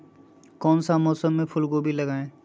कौन सा मौसम में फूलगोभी लगाए?